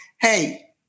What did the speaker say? hey